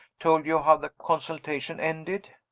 told you how the consultation ended?